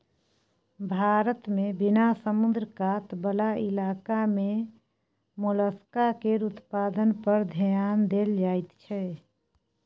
भारत मे बिना समुद्र कात बला इलाका मे मोलस्का केर उत्पादन पर धेआन देल जाइत छै